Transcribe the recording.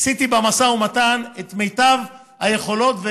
עשיתי במשא ומתן את מיטב היכולות,